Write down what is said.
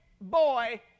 boy